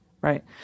right